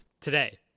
Today